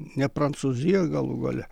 ne prancūzija galų gale